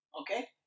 okay